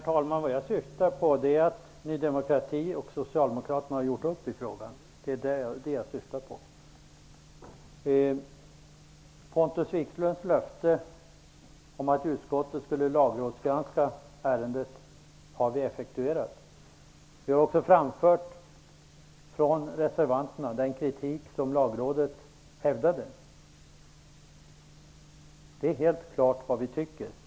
Varför följer ni inte upp er motion, när ni nu har chansen?